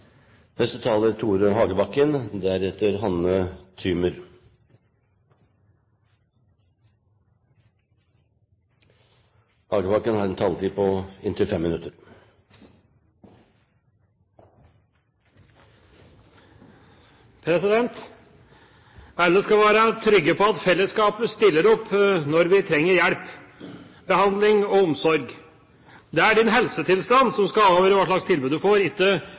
Alle skal være trygge på at fellesskapet stiller opp når vi trenger hjelp, behandling og omsorg. Det er din helsetilstand som skal avgjøre hva slags tilbud du får, ikke